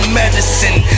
medicine